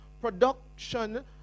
production